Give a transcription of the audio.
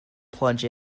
plunge